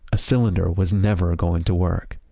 a cylinder was never going to work.